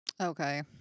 Okay